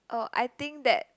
oh I think that